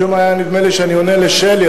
משום מה היה נדמה לי שאני עונה לשלי,